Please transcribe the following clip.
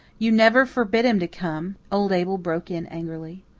you never forbid him to come, old abel broke in angrily.